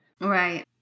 Right